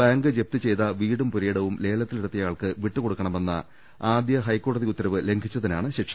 bank ജപ്തി ചെയ്ത വീടും പുരയിടവും ലേലത്തിൽ എടുത്തയാൾക്ക് വിട്ടു കൊടുക്കണമെന്ന ആദ്യ ഹൈക്കോടതി ഉത്തരവ് ലംഘിച്ചതിനാണ് ശിക്ഷ